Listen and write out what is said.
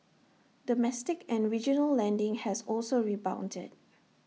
domestic and regional lending has also rebounded